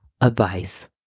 advice